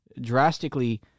drastically